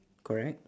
correct